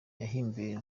yahimbiwe